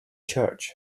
church